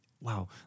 wow